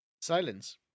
silence